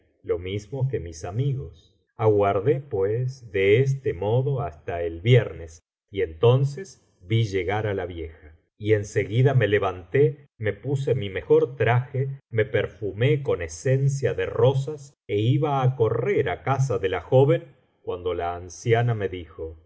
lo mismo que mis amigos aguardé pues de este modo hasta el viernes y entonces vi llegar á la vieja y en seguida me levanté me puse mi mejor traje me perfumé con esencia de rosas é iba á correr á casa de la joven cuando la anciana me dijo